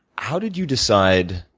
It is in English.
how did you decide,